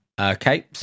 Okay